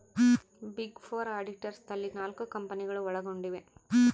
big four auditors ನಲ್ಲಿ ನಾಲ್ಕು ಕಂಪನಿಗಳು ಒಳಗೊಂಡಿವ